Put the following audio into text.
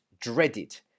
dreaded